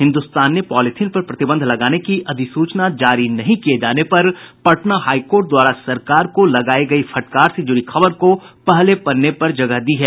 हिन्दुस्तान ने पॉलीथिन पर प्रतिबंध लगाने की अधिसूचना जारी नहीं किये जाने पर पटना हाईकोर्ट द्वारा सरकार को लगायी गयी फटकार से जुड़ी खबर को पहले पन्ने पर प्रकाशित किया है